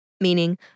meaning